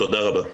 תודה רבה.